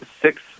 six